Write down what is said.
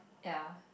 ya